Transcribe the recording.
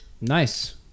Nice